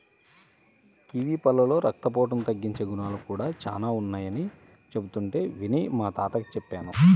kiwi పళ్ళలో రక్తపోటును తగ్గించే గుణాలు కూడా చానా ఉన్నయ్యని చెబుతుంటే విని మా తాతకి చెప్పాను